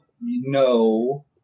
no